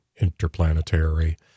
Interplanetary